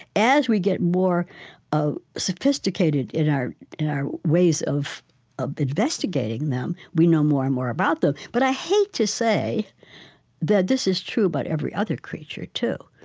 as we get more ah sophisticated in our our ways of ah investigating them, we know more and more about them. but i hate to say that this is true about but every other creature, too.